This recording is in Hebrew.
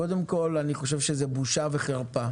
קודם כל, אני חושב שזו בושה וחרפה